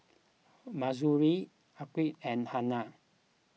Mahsuri Atiqah and Hana